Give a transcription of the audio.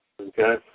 Okay